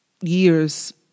years